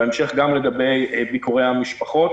ובהמשך גם לגבי ביקורי המשפחות.